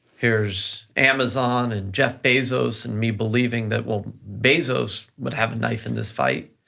here's amazon and jeff bezos and me believing that well, bezos would have a knife in this fight.